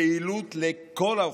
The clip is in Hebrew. פעילות לכל האוכלוסיות,